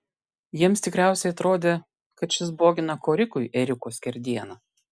jiems tikriausiai atrodė kad šis bogina korikui ėriuko skerdieną